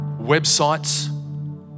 websites